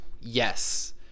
Yes